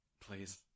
please